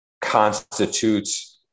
constitutes